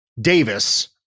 Davis